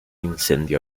incendio